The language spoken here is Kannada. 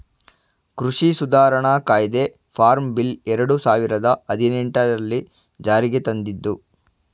ಕೃಷಿ ಸುಧಾರಣಾ ಕಾಯ್ದೆ ಫಾರ್ಮ್ ಬಿಲ್ ಎರಡು ಸಾವಿರದ ಹದಿನೆಟನೆರಲ್ಲಿ ಜಾರಿಗೆ ತಂದಿದ್ದು